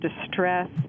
distress